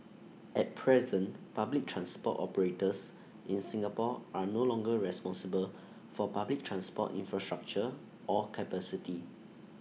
at present public transport operators in Singapore are no longer responsible for public transport infrastructure or capacity